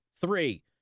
Three